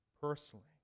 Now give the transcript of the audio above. personally